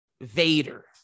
Vader